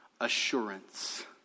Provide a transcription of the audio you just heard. assurance